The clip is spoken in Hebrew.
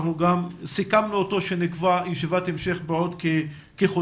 אנחנו גם סיכמנו איתו שנקבע ישיבת המשך בעוד כחודשיים,